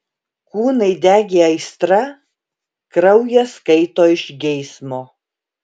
kūnai degė aistra kraujas kaito iš geismo